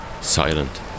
Silent